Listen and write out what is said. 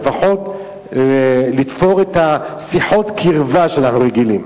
ולפחות לתפור את שיחות הקרבה שאנחנו רגילים.